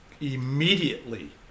immediately